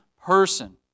person